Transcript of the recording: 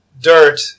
dirt